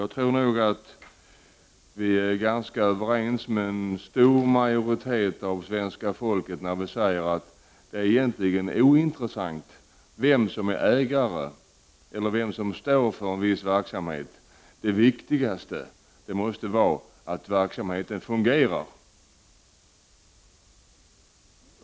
Jag tror att en stor majoritet av svenska folket är överens med oss när vi säger att det egentligen är ointressant vem som är ägare eller vem som står för en viss verksamhet: Det viktigaste måste vara att verksamheten fungerar.